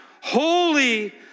holy